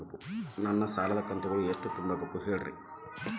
ನನ್ನ ಸಾಲದ ಕಂತು ತಿಂಗಳ ಎಷ್ಟ ತುಂಬಬೇಕು ಹೇಳ್ರಿ?